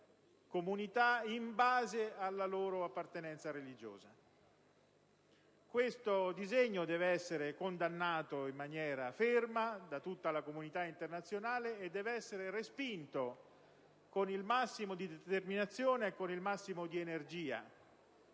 comunità in base alla loro appartenenza religiosa. Questo disegno deve essere condannato in maniera ferma da tutta la comunità internazionale e deve essere respinto con la massima determinazione e la massima energia,